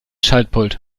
schaltpult